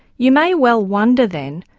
you may well wonder, then,